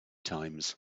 times